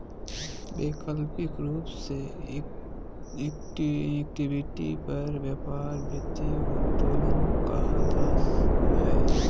वैकल्पिक रूप से इक्विटी पर व्यापार वित्तीय उत्तोलन कहल जा हइ